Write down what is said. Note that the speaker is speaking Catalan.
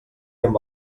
amb